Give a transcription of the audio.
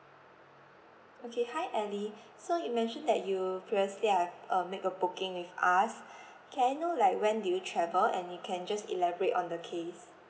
okay hi elly so you mentioned that you previously have uh make a booking with us can I know like when did you travel and you can just elaborate on the case